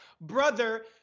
brother